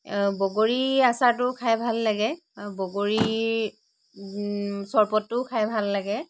বগৰী আচাৰটো খাই ভাল লাগে বগৰীৰ চৰবটো খাই ভাল লাগে